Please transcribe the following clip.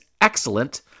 excellent